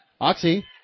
Oxy